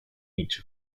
each